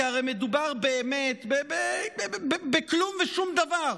כי הרי מדובר באמת בכלום ושום דבר.